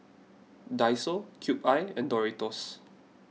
Daiso Cube I and Doritos